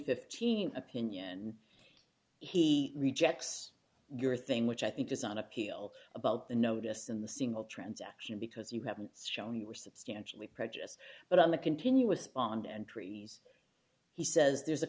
fifteen opinion he rejects your thing which i think is on appeal about the notice in the single transaction because you haven't shown you were substantially prejudiced but on the continuous bond entries he says there's a